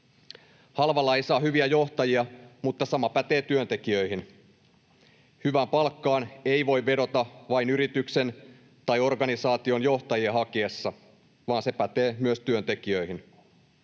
Halvalla ei saa hyviä johtajia, mutta sama pätee työntekijöihin. Hyvään palkkaan ei voi vedota vain yrityksen tai organisaation johtajia hakiessa, vaan se pätee myös työntekijöihin.